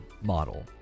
model